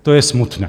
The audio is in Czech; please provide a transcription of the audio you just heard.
To je smutné.